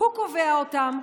הוא קובע אותם,